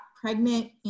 pregnant